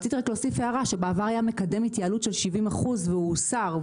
רציתי רק להוסיף הערה: בעבר היה מקדם התייעלות של 70% והוא הוסר.